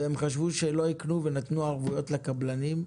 והם חשבו שלא ייקנו ונתנו ערבויות לקבלנים,